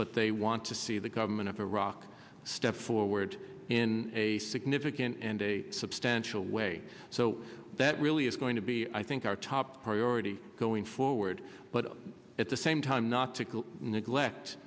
what they want to see the government of iraq step forward in a significant and a substantial way so that really is going to be i think our top priority going forward but at the same time not to neglect